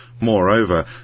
Moreover